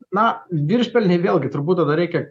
na viršpelniai vėlgi turbūt reikia